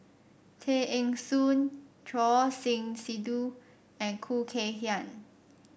Tay Eng Soon Choor Singh Sidhu and Khoo Kay Hian